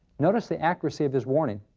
notice the accuracy of his warning.